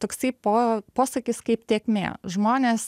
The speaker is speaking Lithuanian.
toksai po posakis kaip tėkmė žmonės